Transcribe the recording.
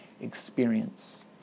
experience